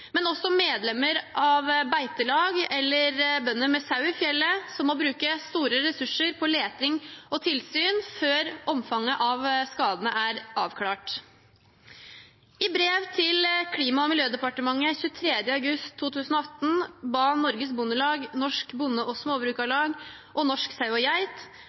men også medlemmer av beitelag eller bønder med sau i fjellet, som må bruke store ressurser på leting og tilsyn før omfanget av skadene er avklart. I brev til Klima- og miljødepartementet den 23. august 2018 ba Norges Bondelag, Norsk Bonde- og Småbrukarlag og Norsk Sau og Geit